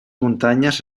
muntanyes